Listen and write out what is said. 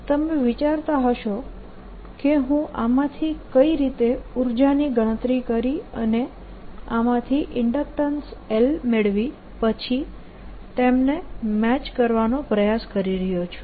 તમે વિચારતા હશો કે હું આમાંથી કઈ રીતે ઉર્જાની ગણતરી કરી અને આમાંથી ઇન્ડકટન્સ L મેળવી પછી તેમને મેચ કરવાનો પ્રયાસ કરી રહ્યો છું